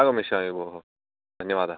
आगमिष्यामि भोः धन्यवादः